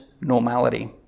normality